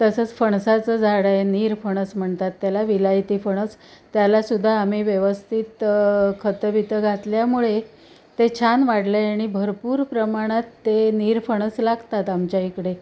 तसंच फणसाचं झाड आहे नीरफणस म्हणतात त्याला विलायती फणस त्यालासुद्धा आम्ही व्यवस्थित खतं बीतं घातल्यामुळे ते छान वाढलं आहे आणि भरपूर प्रमाणात ते नीरफणस लागतात आमच्या इकडे